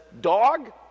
dog